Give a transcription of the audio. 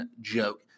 joke